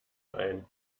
ein